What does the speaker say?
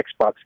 Xbox